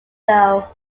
though